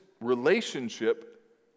relationship